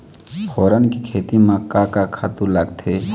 फोरन के खेती म का का खातू लागथे?